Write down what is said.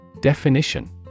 Definition